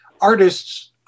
artists